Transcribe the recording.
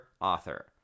author